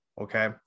Okay